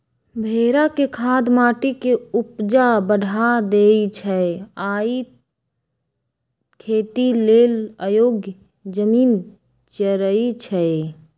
भेड़ा के खाद माटी के ऊपजा बढ़ा देइ छइ आ इ खेती लेल अयोग्य जमिन चरइछइ